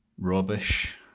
rubbish